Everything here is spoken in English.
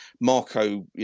Marco